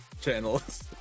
channels